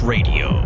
Radio